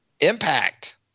impact